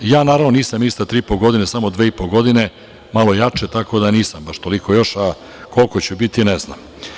Ja naravno nisam ministar 3,5 godine, već samo 2,5 godine, malo jače, tako da nisam baš toliko još, a koliko ću biti ne znam.